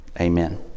Amen